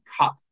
cut